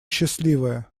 счастливая